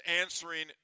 answering